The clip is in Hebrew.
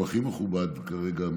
שהוא הכי מכובד כרגע,